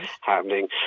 happening